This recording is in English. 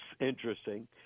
interesting